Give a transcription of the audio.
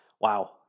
Wow